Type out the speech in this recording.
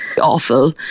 awful